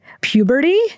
puberty